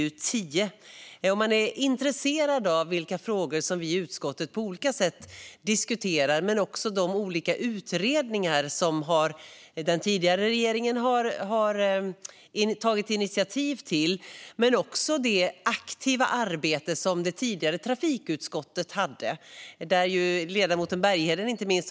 Det är läsvärt om man är intresserad av vilka frågor som vi i utskottet på olika sätt diskuterar och av de olika utredningar som den tidigare regeringen har tagit initiativ till. Det handlar också om det aktiva arbete som det tidigare trafikutskottet gjorde, där inte minst ledamoten Bergheden ingick.